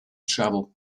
travel